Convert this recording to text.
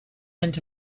into